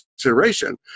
consideration